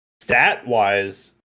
stat-wise